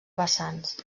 vessants